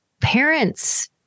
parents